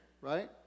Right